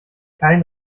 kein